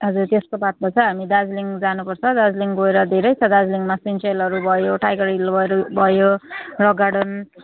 हजुर त्यसको बादमा चाहिँ हामी दार्जिलिङ जानुपर्छ र दार्जिलिङ गएर धेरै छ दार्जिलिङमा सिन्चेलहरू भयो टाइगर हिलहरू भयो रक गार्डन